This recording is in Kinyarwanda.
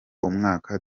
umwaka